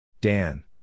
Dan